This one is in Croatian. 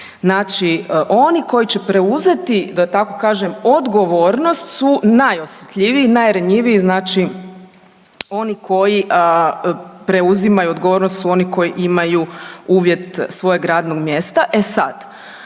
Znači oni koji će preuzeti da tako kažem odgovornost su najosjetljiviji, najranjiviji, znači oni koji preuzimaju odgovornost su oni koji imaju uvjet svojeg radnog mjesta. E sad,